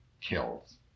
kills